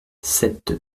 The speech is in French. sept